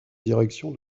direction